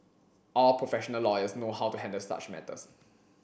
all professional lawyers know how to handle such matters